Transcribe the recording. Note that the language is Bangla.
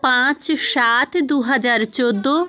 পাঁচ সাত দু হাজার চোদ্দ